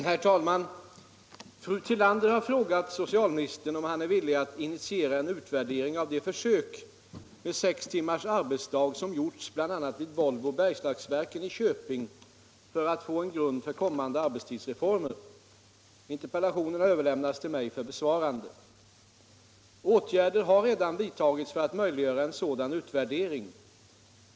Herr talman! Fru Tillander har frågat socialministern om han är villig att initiera en utvärdering av de försök med sextimmarsdag som gjorts bl.a. vid Volvo Bergslagsverken i Köping för att få en grund för kommande arbetstidsreformer. Interpellationen har överlämnats till mig för besvarande. Åtgärder har redan vidtagits för att möjliggöra en sådan utvärdering.